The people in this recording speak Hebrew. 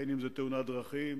אם בתאונת דרכים